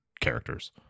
characters